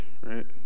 right